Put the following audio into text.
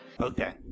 Okay